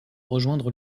rejoindre